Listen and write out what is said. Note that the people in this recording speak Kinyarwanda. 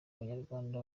abanyarwanda